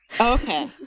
Okay